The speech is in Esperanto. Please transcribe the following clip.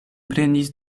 prenis